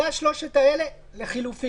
זה השלושה לחילופין,